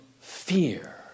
fear